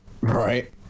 Right